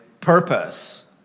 purpose